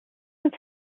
its